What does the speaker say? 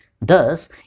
Thus